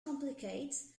complicates